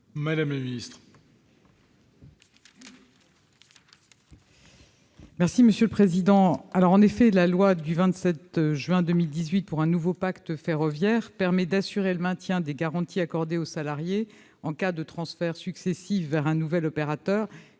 madame la ministre,